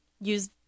use